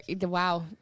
wow